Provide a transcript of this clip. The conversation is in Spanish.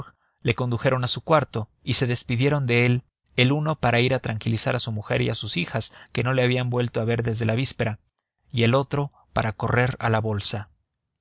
le condujeron a su cuarto y se despidieron de él el uno para ir a tranquilizar a su mujer y a sus hijas que no le habían vuelto a ver desde la víspera y el otro para correr a la bolsa